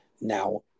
Now